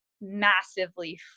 massively